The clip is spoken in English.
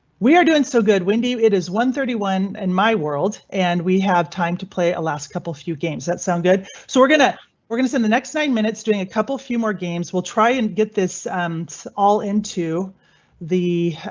we are doing so good when do it is and thirty one in and my world and we have time to play a last couple few games that sounds good so we're going to we're going to send the next nine minutes doing a couple. few more games. will try and get this and all into the.